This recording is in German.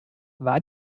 war